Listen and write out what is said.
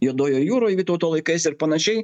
juodoj jūroj vytauto laikais ir panašiai